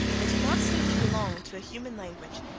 that did not seem to belong to a human language,